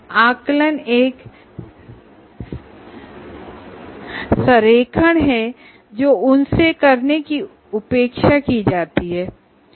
assessment एक alignment है जो उनसे करने की अपेक्षा की जाती है